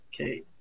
okay